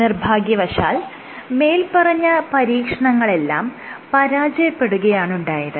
നിർഭാഗ്യവശാൽ മേല്പറഞ്ഞ പരീക്ഷണങ്ങളെല്ലാം പരാജയപ്പെടുകയാണുണ്ടായത്